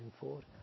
forward